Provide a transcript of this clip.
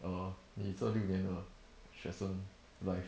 err 你这六年的学生 life